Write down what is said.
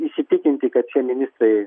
įsitikinti kad šie ministrai